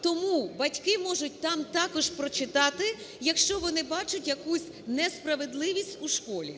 Тому батьки можуть там також прочитати, якщо вони бачать якусь несправедливість у школі.